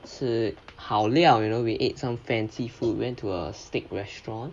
吃好料 you know we eat some fancy food went to a steak restaurant